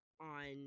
on